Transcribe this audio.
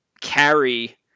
carry